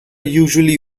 usually